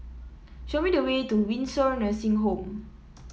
show me the way to Windsor Nursing Home